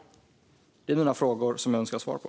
Detta är mina frågor som jag önskar svar på.